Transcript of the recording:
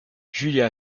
julia